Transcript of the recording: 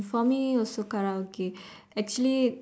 for me also Karaoke actually